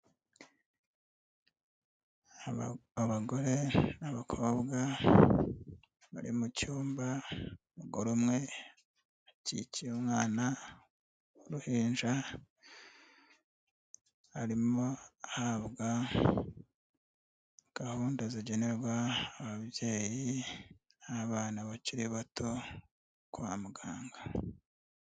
Abagore n'abakobwa bari mu cyumba, abo bagore umwe akikiye umwana w'uruhinja, arimo ahabwa gahunda zigenerwa ababyeyi n'abana bakiri bato kwa muganga.